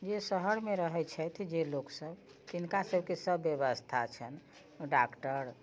जे शहरमे रहै छथि जे लोकसब तिनका सबके सब व्यवस्था छनि डॉक्टर